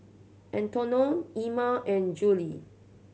Antione Emma and Jule